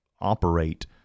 operate